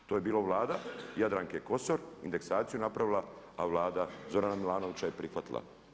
To je bila Vlada Jadranke Kosor, indeksaciju napravila, a Vlada Zorana Milanovića je prihvatila.